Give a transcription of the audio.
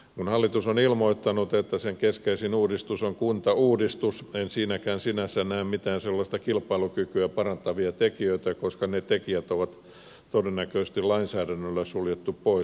kun hallitus on ilmoittanut että sen keskeisin uudistus on kuntauudistus en siinäkään sinänsä näe mitään sellaisia kilpailukykyä parantavia tekijöitä koska ne tekijät on todennäköisesti lainsäädännöllä suljettu pois